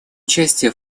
участие